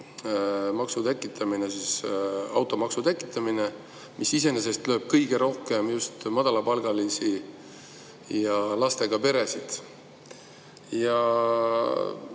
arutelule automaksu tekitamine, mis iseenesest lööb kõige rohkem just madalapalgalisi ja lastega peresid. Ja